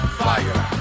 fire